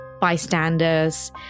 bystanders